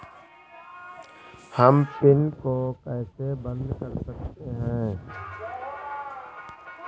हम पिन को कैसे बंद कर सकते हैं?